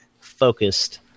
focused